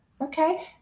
Okay